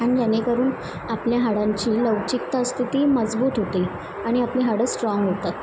आणि जेणेकरून आपल्या हाडांची लवचिकता स्थिती मजबूत होते आणि आपली हाडं स्ट्राँग होतात